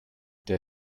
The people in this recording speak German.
der